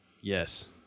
Yes